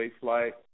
flight